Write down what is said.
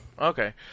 Okay